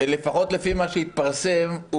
לפחות לפי מה שהתפרסם,